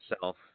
self